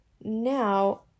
Now